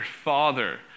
Father